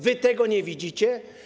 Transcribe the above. Wy tego nie widzicie?